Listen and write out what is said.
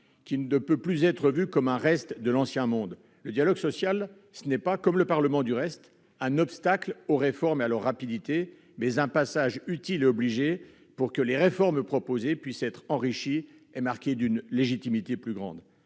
qui ne peut plus être vu comme un reste de l'ancien monde. Ce dialogue, comme l'activité du Parlement, est non pas un obstacle aux réformes et à leur rapidité, mais un passage utile et obligé pour que les réformes proposées puissent être enrichies et marquées d'une légitimité plus grande.